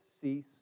cease